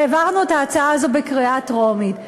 והעברנו את ההצעה הזאת בקריאה טרומית.